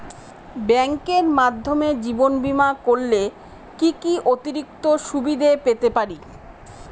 ব্যাংকের মাধ্যমে জীবন বীমা করলে কি কি অতিরিক্ত সুবিধে পেতে পারি?